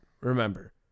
Remember